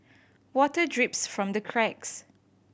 water drips from the cracks